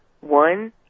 One